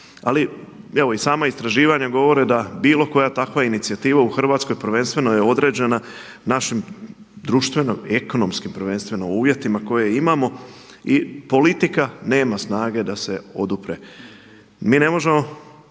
Ali evo i sama istraživanja govore da bilo koja takva inicijativa u Hrvatskoj prvenstveno je određena našim društveno-ekonomskim prvenstveno uvjetima koje imamo i politika nema snage da se odupre. Mi ne možemo